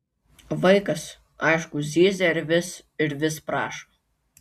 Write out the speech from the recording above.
vaikas aišku zyzia ir vis ir vis prašo